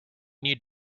need